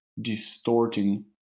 distorting